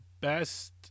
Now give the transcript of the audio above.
best